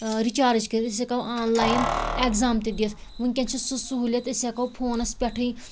recharge کٔرِتھ أسۍ ہٮ۪کو آن لایَن اٮ۪گزام تہِ دِتھ وٕنۍکٮ۪ن چھُ سُہ سہوٗلِیت أسۍ ہٮ۪کو فونس پٮ۪ٹھٕے